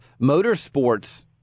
motorsports